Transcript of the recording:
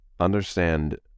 Understand